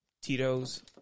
Tito's